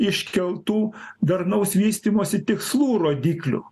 iškeltų darnaus vystymosi tikslų rodiklių